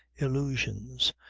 illusions,